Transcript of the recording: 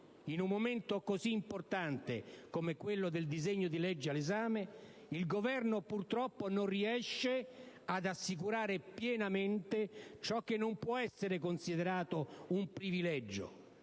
in un momento così importante come quello del disegno di legge all'esame, il Governo purtroppo non riesce ad assicurare pienamente ciò che non può essere considerato un privilegio,